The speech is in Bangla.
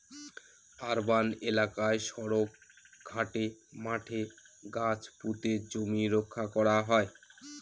আরবান এলাকায় সড়ক, ঘাটে, মাঠে গাছ পুঁতে জমি রক্ষা করা হয়